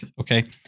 okay